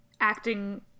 acting